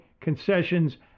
concessions